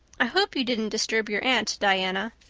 i hope you didn't disturb your aunt, diana.